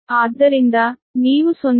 ಆದ್ದರಿಂದ ನೀವು 0